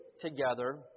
together